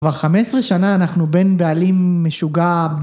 כבר חמש עשרה שנה אנחנו בין בעלים משוגע